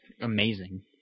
amazing